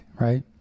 right